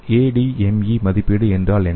ADME மதிப்பீடு என்றால் என்ன